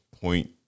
point